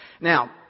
Now